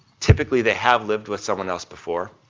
typically the have lived with someone else before,